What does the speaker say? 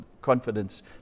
confidence